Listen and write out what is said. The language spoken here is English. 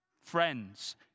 friends